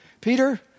Peter